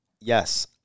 Yes